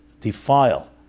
defile